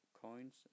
coins